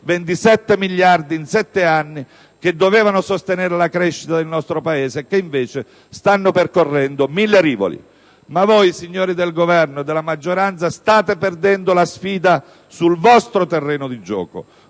27 miliardi in 7 anni che dovevano sostenere la crescita del nostro Paese e che invece stanno percorrendo mille rivoli. Ma voi, signori del Governo e della maggioranza, state perdendo la sfida sul vostro terreno dì gioco.